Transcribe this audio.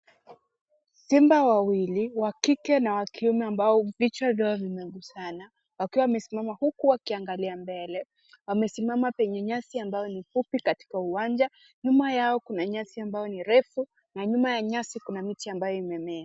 Simba wawili, wa kike na wa kiume ambao vichwa vyao vimegusana wakiwa wamesimama huku wakiangalia mbele. Wamesimama penye nyasi ambayo ni fupi katika uwanja. Nyuma yao kuna nyasi ambayo ni refu na nyuma ya nyasi kuna miti ambayo imemea.